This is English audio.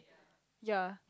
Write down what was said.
ya